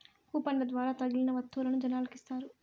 కూపన్ల ద్వారా తగిలిన వత్తువులను జనాలకి ఇత్తారు